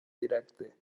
directe